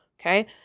Okay